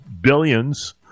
billions